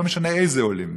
לא משנה איזה עולים,